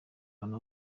ahantu